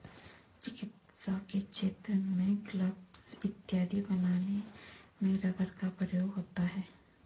चिकित्सा के क्षेत्र में ग्लब्स इत्यादि बनाने में रबर का प्रयोग होता है